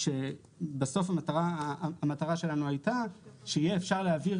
שבסוף המטרה שלנו הייתה שיהיה אפשר להעביר